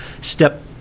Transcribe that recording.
step